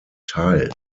teil